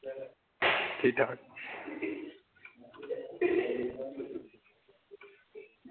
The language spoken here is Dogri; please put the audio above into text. ठीक ठाक